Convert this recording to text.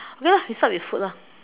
okay lah we start with food lah